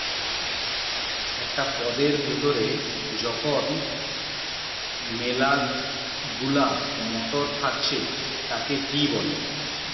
একটো পদের ভেতরে যখন মিলা গুলা মটর থাকতিছে তাকে পি বলে